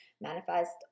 manifest